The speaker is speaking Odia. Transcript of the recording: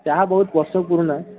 ଚାହା ବହୁତ ବର୍ଷ ପୁରୁଣା